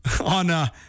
on